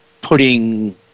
putting